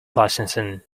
licensing